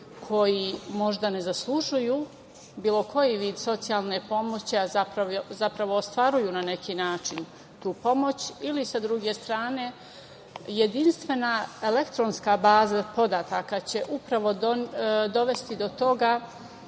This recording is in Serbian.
koji možda ne zaslužuju bilo koji vid socijalne pomoći, a zapravo ostvaruju na neki način tu pomoć ili sa druge strane, jedinstvena elektronska baza podataka će upravo dovesti do toga